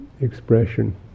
expression